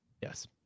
Yes